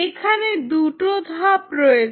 এখানে দুটো ধাপ রয়েছে